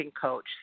coach